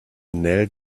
knelt